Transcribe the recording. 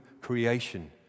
creation